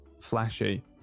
flashy